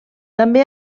també